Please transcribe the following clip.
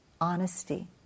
honesty